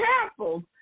careful